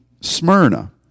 Smyrna